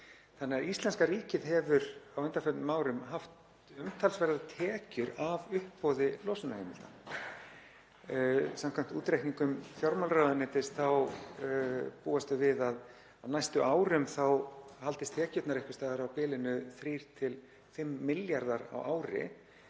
Íslenska ríkið hefur því á undanförnum árum haft umtalsverðar tekjur af uppboði losunarheimilda. Samkvæmt útreikningum fjármálaráðuneytis er búist við að á næstu árum haldist tekjurnar einhvers staðar á bilinu 3–5 milljarðar á ári